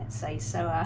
say so ah